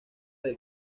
del